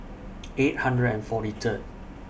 eight hundred and forty Third